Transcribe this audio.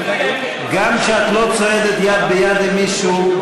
גם כשאת לא צועדת יד ביד עם מישהו,